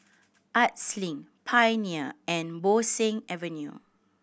Arts Link Pioneer and Bo Seng Avenue